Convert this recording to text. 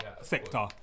sector